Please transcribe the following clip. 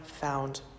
found